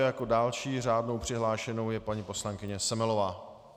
Jako další řádnou přihlášenou je paní poslankyně Semelová.